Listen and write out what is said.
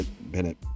Bennett